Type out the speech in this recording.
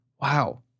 Wow